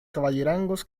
caballerangos